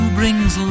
brings